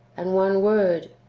and one word,